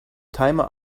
timer